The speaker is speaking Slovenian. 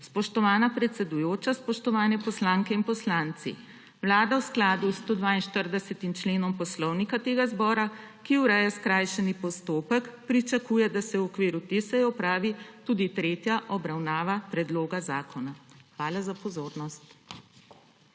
Spoštovana predsedujoča, spoštovani poslanke in poslanci, Vlada v skladu s 142. členom Poslovnika Državnega zbora, ki ureja skrajšani postopek, pričakuje, da se v okviru te seje opravi tudi tretja obravnava predloga zakona. Hvala za pozornost.